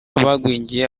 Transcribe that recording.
bagwingiye